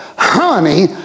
Honey